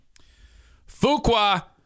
Fuqua